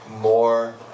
more